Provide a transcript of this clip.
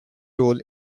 role